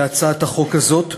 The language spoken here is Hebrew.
להצעת החוק הזאת,